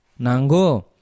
Nango